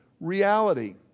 reality